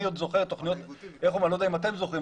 אני לא יודע אם אתם זוכרים,